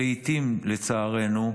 שלעיתים, לצערנו,